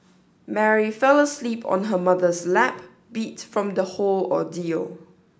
Mary fell asleep on her mother's lap beat from the whole ordeal